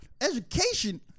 education